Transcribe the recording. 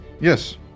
Yes